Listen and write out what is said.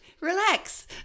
relax